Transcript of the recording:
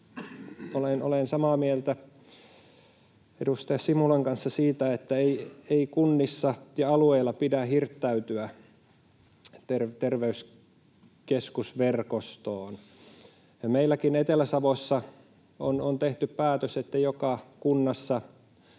olen samaa mieltä edustaja Simulan kanssa siitä, että ei kunnissa ja alueilla pidä hirttäytyä terveyskeskusverkostoon. Meilläkin Etelä-Savossa on tehty päätös, että joka kunnassa